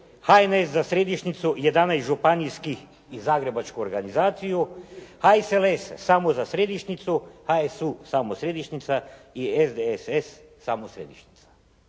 HNS za središnjicu i 11 županijskih i zagrebačku organizaciju, HSLS samo za središnjicu, HSU samo središnjica i SDSS samo središnjica.